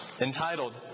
entitled